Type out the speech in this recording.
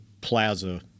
plaza –